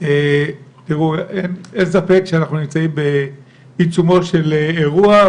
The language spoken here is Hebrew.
אין ספק שאנחנו נמצאים בעיצומו של אירוע,